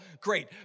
great